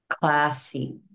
classy